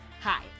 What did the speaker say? Hi